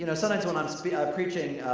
you know sometimes when i'm preaching,